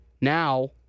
now